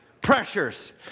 pressures